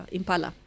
Impala